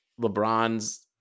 LeBron's